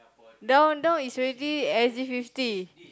now now is already S_G-fifty